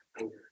anger